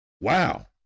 Wow